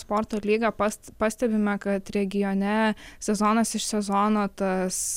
sporto lygą past pastebime kad regione sezonas iš sezono tas